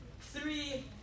three